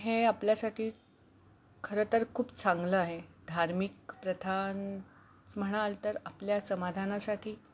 हे आपल्यासाठी खरं तर खूप चांगलं आहे धार्मिक प्रथां म्हणाल तर आपल्या समाधानासाठी